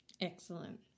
excellent